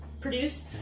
produced